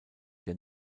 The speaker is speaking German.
der